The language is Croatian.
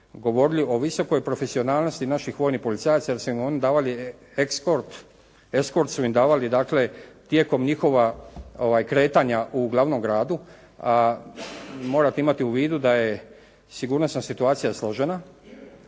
govorili o visokoj profesionalnosti naših vojnih policajaca jer su im oni davali eskort. Eskort su im davali, dakle tijekom njihova kretanja u glavnom gradu. Morate imati u vidu da je sigurnosna situacija složena,